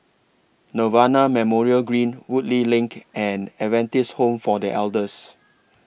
Nirvana Memorial Green Woodleigh LINK and Adventist Home For The Elders